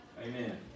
Amen